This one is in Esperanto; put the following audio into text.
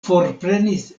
forprenis